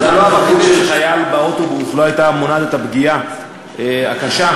אבל גם נוכחות של חייל באוטובוס לא הייתה מונעת את הפגיעה הקשה,